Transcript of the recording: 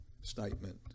statement